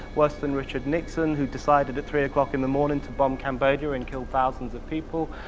worse than richard nixon, who decided at three o'clock in the morning to bomb cambodia and kill thousands of people?